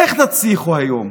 איך תצליחו היום?